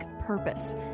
purpose